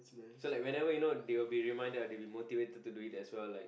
so like whenever you know they will be reminded and motivated to do it as well